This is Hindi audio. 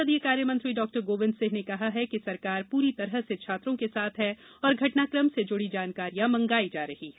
संसदीय कार्य मंत्री डॉक्टर गोविन्द सिंह ने कहा कि सरकार पूरी तरह से छात्रों के साथ है और घटनाकम से जुड़ी जानकारियां मंगाई जा रही हैं